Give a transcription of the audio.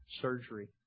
surgery